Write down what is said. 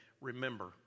remember